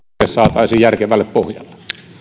saataisiin järkevälle pohjalle